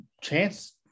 chance